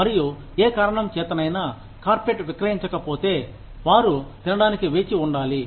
మరియు ఏ కారణం చేతనైనా కార్పెట్ విక్రయించకపోతే వారు తినడానికి వేచి ఉండాలి